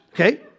Okay